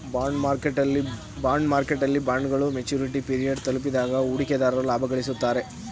bond ಮಾರ್ಕೆಟ್ನಲ್ಲಿ ಬಾಂಡ್ಗಳು maturity period ತಲುಪಿದಾಗ ಹೂಡಿಕೆದಾರರು ಲಾಭ ಗಳಿಸುತ್ತಾರೆ